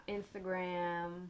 Instagram